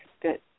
good